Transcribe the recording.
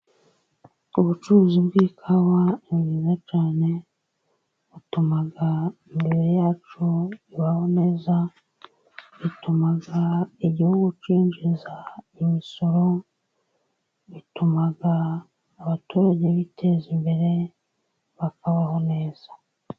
Ubucuruzi bw'ikawa ni bwiza cyane, butuma imibiri yacu ibaho neza, butuma igihugu cyinjiza imisoro, butuma abaturage biteza imbere bakabaho neza.